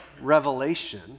revelation